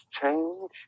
change